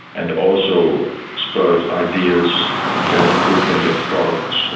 and also spurred ideas for improvement of products,